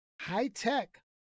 high-tech